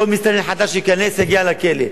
כל מסתנן חדש שייכנס יגיע לכלא.